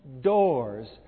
doors